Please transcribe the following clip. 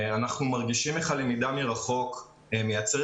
אנחנו מרגישים איך הלמידה מרחוק מייצרת